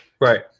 right